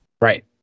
Right